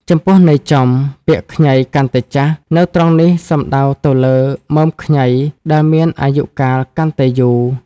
ចំពោះន័យចំ ពាក្យ ខ្ញីកាន់តែចាស់ នៅត្រង់នេះសំដៅទៅលើ មើមខ្ញីដែលមានអាយុកាលកាន់តែយូរ។